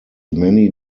many